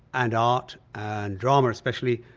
and art and drama especially.